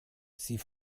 sie